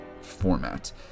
format